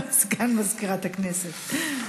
סגן מזכירת הכנסת.